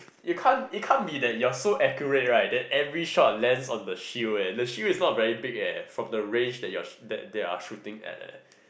you can't you can't be that you are so accurate right that every shot lands on the shield eh the shield is not very big eh from the range that they are shooting at eh